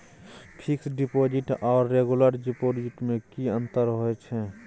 Fix deposit आर regular deposit में की अंतर होय छै?